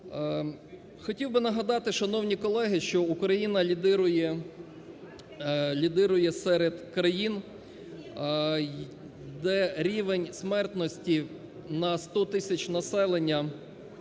Хотів би нагадати, шановні колеги, що Україна лідирує серед країн, де рівень смертності на 100 тисяч населення